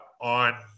on